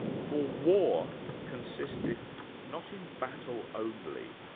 for war consisteth not in battle only,